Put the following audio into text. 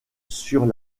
sur